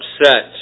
upset